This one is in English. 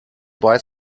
buy